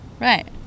Right